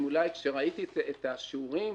כשראיתי את השיעורים